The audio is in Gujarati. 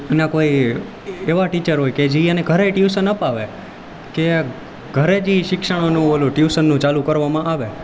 એના કોઈ એવા ટીચર હોય કે જે એને ઘરે ટ્યુશન અપાવે કે ઘરે જે શિક્ષકનું ઓલું ટયુશનનું ચાલુ કરવામાં આવે